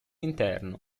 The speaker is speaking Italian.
interno